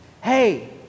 hey